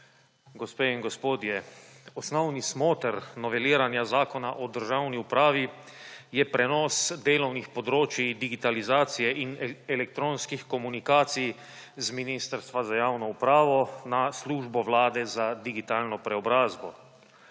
Gospe in gospodje! Osnovni smoter noveliranja zakona o državni upravi je prenos delovnih področij digitalizacije in elektronskih komunikacij iz ministrstva za javno upravo na službo Vlade za digitalno preobrazbo.